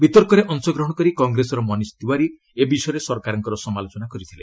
ବିତର୍କରେ ଅଂଶଗ୍ରହଣ କରି କଂଗ୍ରେସର ମନିଶ ତିୱାରୀ ଏ ବିଷୟରେ ସରକାରଙ୍କର ସମାଲୋଚନା କରିଥିଲେ